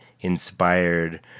inspired